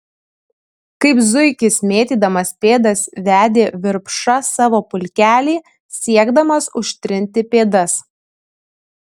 kaip zuikis mėtydamas pėdas vedė virpša savo pulkelį siekdamas užtrinti pėdas